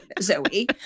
Zoe